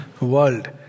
world